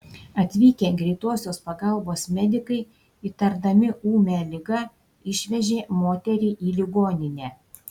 atvykę greitosios pagalbos medikai įtardami ūmią ligą išvežė moterį į ligoninę